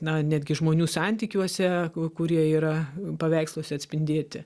na netgi žmonių santykiuose kurie yra paveiksluose atspindėti